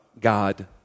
God